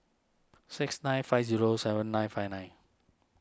six nine five zero seven nine five nine